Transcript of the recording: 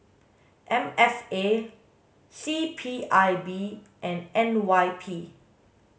M F A C P I B and N Y P